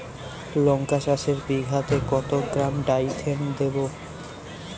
লঙ্কা চাষে বিঘাতে কত গ্রাম ডাইথেন দেবো?